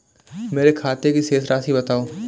मेरे खाते की शेष राशि बताओ?